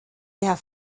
daher